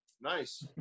nice